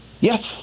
Yes